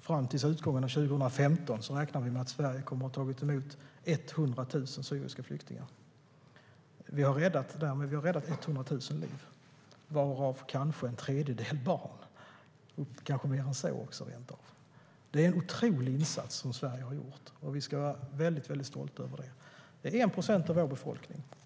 fram till utgången av 2015, kommer att ha tagit emot 100 000 syriska flyktingar. Vi har därmed räddat 100 000 liv, varav kanske en tredjedel är barn, rent av kanske mer än så. Det är en otrolig insats som Sverige har gjort. Vi ska vara väldigt stolta över det. Det är 1 procent av vår befolkning.